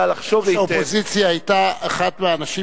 מהאופוזיציה היתה אחת מהאנשים,